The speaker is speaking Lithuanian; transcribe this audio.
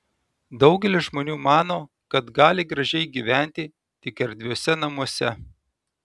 daugelis žmonių mano kad gali gražiai gyventi tik erdviuose namuose